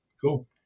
Cool